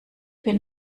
bin